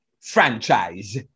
franchise